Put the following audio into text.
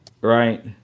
Right